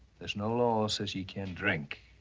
there's no law says you can't drink.